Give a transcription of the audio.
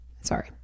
Sorry